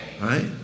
right